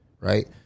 right